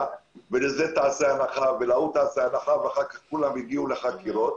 "לזה תעשה הנחה ולהוא תעשה הנחה" ואחר כך כולם הגיעו לחקירות.